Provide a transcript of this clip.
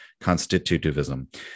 constitutivism